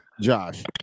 Josh